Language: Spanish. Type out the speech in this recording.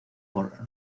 por